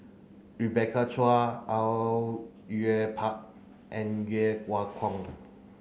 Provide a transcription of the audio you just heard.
Rebecca Chua Au Yue Pak and Keung